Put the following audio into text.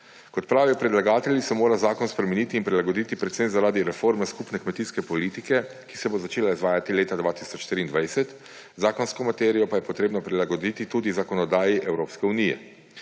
Kot pravijo predlagatelji se mora zakon spremeniti in prilagoditi predvsem zaradi reforme skupne kmetijske politike, ki se bo začela izvajati leta 2023, zakonsko materijo pa je potrebno prilagoditi tudi zakonodaji Evropske unije.